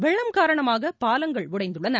வெள்ளம் காரணமாக பாலங்கள் உடைந்துள்ளன